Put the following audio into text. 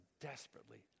desperately